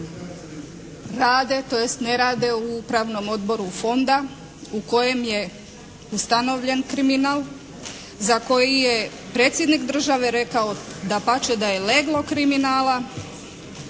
rade tj. ne rade u upravnom odboru fonda u kojem je ustanovljen kriminal, za koji je Predsjednik Države rekao dapače da je leglo kriminala.